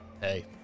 Hey